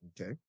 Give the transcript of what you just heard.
Okay